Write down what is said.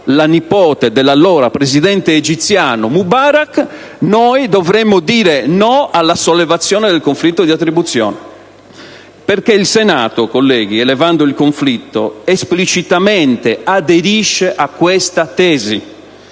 la nipote dell'allora presidente egiziano Mubarak, noi dovremmo dire no alla sollevazione del conflitto di attribuzione. Perché il Senato, elevando il conflitto, esplicitamente finisce per aderire